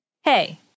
hey